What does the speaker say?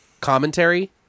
commentary